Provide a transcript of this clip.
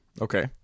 Okay